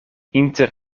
inter